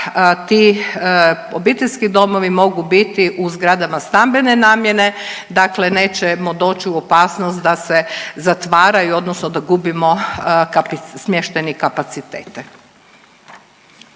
ti obiteljski domovi mogu biti u zgrada stambene namjene, dakle nećemo doći u opasnost da se zatvaraju, odnosno da gubimo smještajne kapacitete.